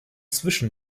zwischen